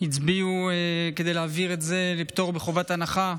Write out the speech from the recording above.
הצביעו כדי להעביר את זה בפטור מחובת הנחה,